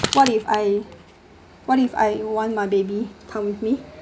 what if I what if I want my baby to come with me